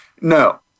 No